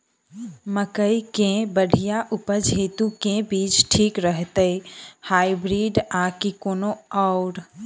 मकई केँ बढ़िया उपज हेतु केँ बीज ठीक रहतै, हाइब्रिड आ की कोनो आओर?